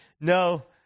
No